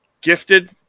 gifted